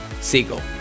Siegel